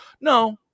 No